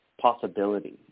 possibility